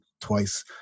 twice